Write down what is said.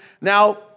Now